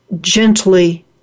gently